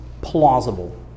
plausible